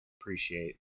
appreciate